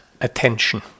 attention